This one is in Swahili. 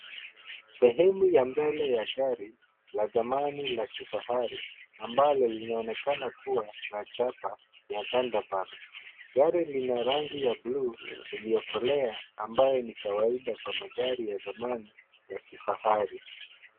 Sehemu ya mbele ya gari la zamani la kifahari ambalo linaonekana kuwa la chapa ya Thunderbird. Gari lina rangi ya buluu iliyokolea ambayo ni kawaida kwa magari ya zamani ya kifahari.